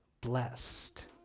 blessed